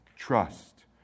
Trust